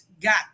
got